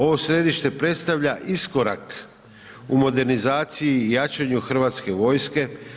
Ovo središte predstavlja iskorak u modernizaciji i jačanju Hrvatske vojske.